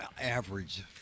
average